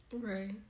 Right